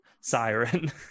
siren